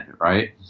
right